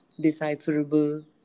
decipherable